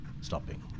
stopping